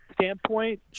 standpoint